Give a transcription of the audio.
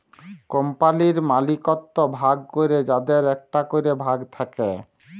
কম্পালির মালিকত্ব ভাগ ক্যরে যাদের একটা ক্যরে ভাগ থাক্যে